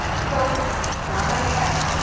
so i want to have a pet,